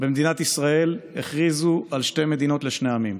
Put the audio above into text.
במדינת ישראל הכריזו על שתי מדינות לשני עמים.